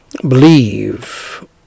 Believe